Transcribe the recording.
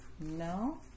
no